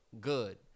good